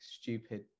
stupid